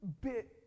bit